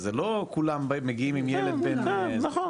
אז זה לא כולם מגיעים עם ילד בן --- נכון.